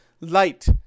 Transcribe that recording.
light